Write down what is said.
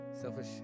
selfish